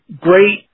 great